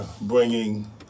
bringing